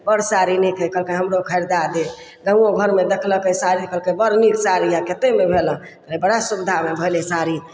बड़ साड़ी नीक हइ कहलकै हमरो खरीदा दे तऽ ओहो घरमे देखलकै साड़ी कहलकै बड़ नीक साड़ी हइ कतेमे भेल हन बड़ा सुविधामे भेलय साड़ी